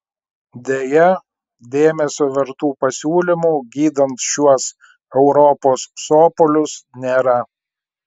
deja dėmesio vertų pasiūlymų gydant šiuos europos sopulius nėra